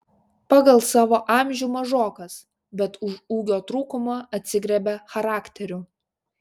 pagal savo amžių mažokas bet už ūgio trūkumą atsigriebia charakteriu